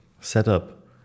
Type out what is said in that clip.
Setup